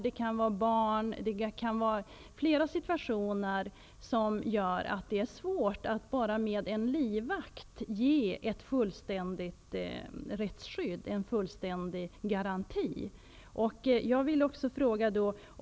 Det kan finnas flera omständigheter som gör det svårt att bara med en livvakt ge ett fullständigt rättsskydd, en fullständig garanti.